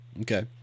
Okay